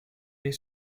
les